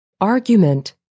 Argument